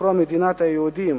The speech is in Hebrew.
בספרו "מדינת היהודים":